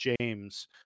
James